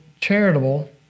charitable